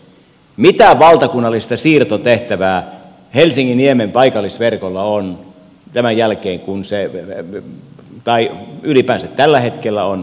mitä valtakunnallista siirtotehtävää helsinginniemen paikallisverkolla on tämän jälkeen kun se ettei levyn tai ylipäänsä tällä hetkellä on ja tulevaisuudessakaan on